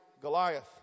Goliath